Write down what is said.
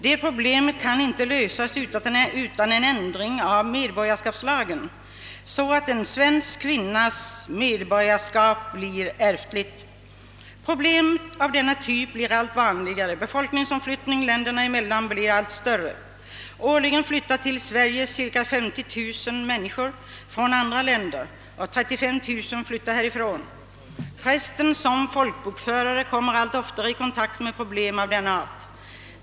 Det problemet kan inte lösas utan en ändring av medborgarskapslagen, så att en svensk kvinnas medborgarskap blir ärftligt. Problem av denna typ blir allt vanligare. Befolkningsomflyttningen länderna emellan blir allt större. Årligen flyttar till Sverige ca 50 000 personer från andra länder och 35 000 flyttar härifrån. Prästen som folkbokförare kommer allt oftare i kontakt med problem av denna art.